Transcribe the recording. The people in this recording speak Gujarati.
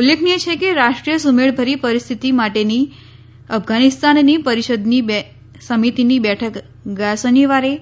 ઉલ્લેખનીય છે કે રાષ્ટ્રીય સુમેળભરી પરિસ્થિતિ માટેની અફઘાનિસ્તાનની પરિષદની સમિતિની બેઠક ગયા શનિવારે